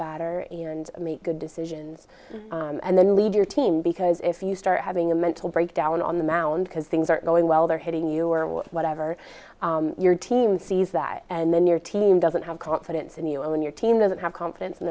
batter and make good decisions and then lead your team because if you start having a mental breakdown on the mound because things aren't going well they're hitting you or whatever your team sees that and then your team doesn't have confidence in you and when your team doesn't have confidence